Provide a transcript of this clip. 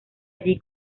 allí